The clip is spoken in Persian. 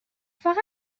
فقط